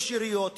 יש יריות,